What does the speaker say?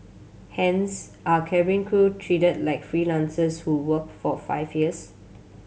hence are cabin crew treated like freelancers who work for five years